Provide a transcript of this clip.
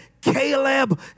Caleb